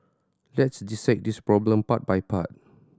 let's dissect this problem part by part